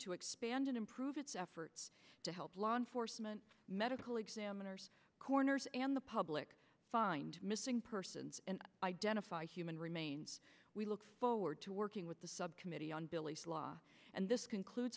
to expand and improve its efforts to help law enforcement medical examiners corners and the public find missing persons and identify human remains we look forward to working with the subcommittee on billy law and this